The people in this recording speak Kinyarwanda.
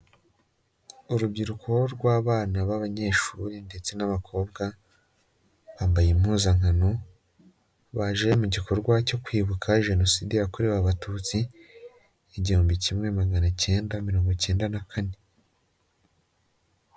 Urubyiruko rw'abana b'abanyeshuri ndetse n'abakobwa, bambaye impuzankano, baje mu gikorwa cyo kwibuka Jenoside yakorewe Abatutsi, igihumbi kimwe magana cyenda mirongo icyenda na kane.